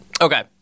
Okay